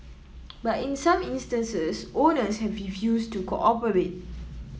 but in some instances owners have refused to cooperate